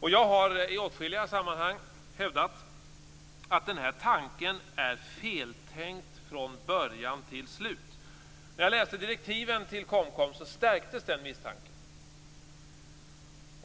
Jag har i åtskilliga sammanhang hävdat att den här tanken är feltänkt från början till slut. När jag läste direktiven till KOMKOM stärktes den misstanken.